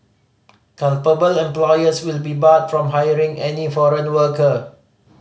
culpable employers will be barred from hiring any foreign worker